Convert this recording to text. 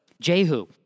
Jehu